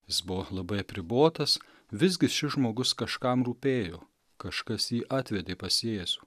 jis buvo labai apribotas visgi šis žmogus kažkam rūpėjo kažkas jį atvedė pas jėzų